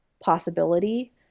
possibility